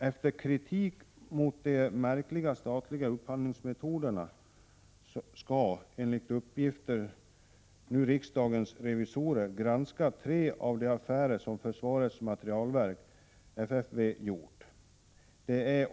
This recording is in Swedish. Efter kritiken mot de märkliga statliga upphandlingsmetoderna skall enligt uppgift nu riksdagens revisorer granska tre av de affärer som försvarets materielverk, FFV, gjort.